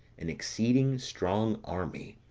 an exceeding strong army.